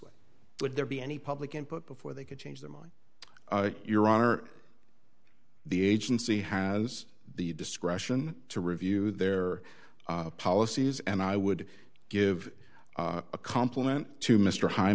way would there be any public input before they could change their mind your are the agency has the discretion to review their policies and i would give a compliment to mr high